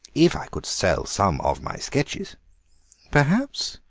if i could sell some of my sketches perhaps,